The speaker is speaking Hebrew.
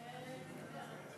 מוותרת.